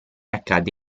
accadde